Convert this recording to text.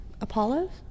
Apollo